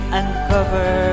uncover